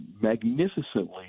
magnificently